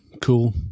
Cool